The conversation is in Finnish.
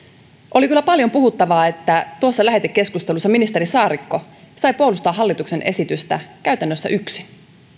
oli kyllä paljonpuhuvaa että tuossa lähetekeskustelussa ministeri saarikko sai puolustaa hallituksen esitystä käytännössä yksin